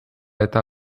eta